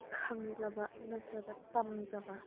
ꯈꯪꯖꯕ ꯅꯠꯇ꯭ꯔꯒ ꯇꯝꯖꯕ